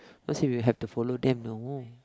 not say we have to follow them no